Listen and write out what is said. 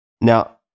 Now